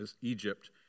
Egypt